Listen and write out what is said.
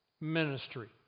ministry